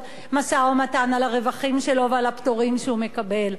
משא-ומתן על הרווחים שלו ועל הפטורים שהוא מקבל.